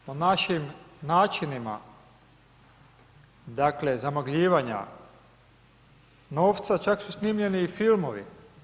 O načim načinima dakle zamagljivanja novca čak su snimljeni i filmovi.